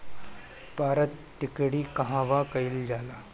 पारद टिक्णी कहवा कयील जाला?